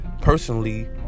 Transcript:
personally